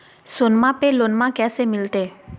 सोनमा पे लोनमा कैसे मिलते?